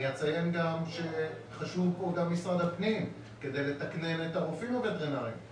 אני אציין גם שחשוב פה גם משרד הפנים כדי לתקנן את הרופאים הווטרינריים.